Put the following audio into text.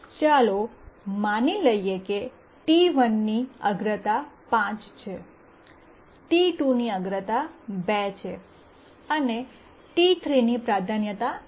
ચાલો માની લઈએ કે T1 ની અગ્રતા 5 છે T2 ની અગ્રતા 2 છે અને T3 ની પ્રાધાન્યતા 8 છે